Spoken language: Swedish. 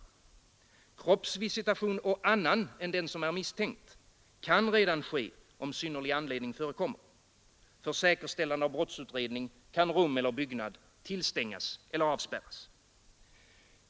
Kroppsvisitation å annan än den som är misstänkt kan ske om synnerlig anledning förekommer. För säkerställande av brottsutredning kan rum eller byggnad tillstängas eller avspärras.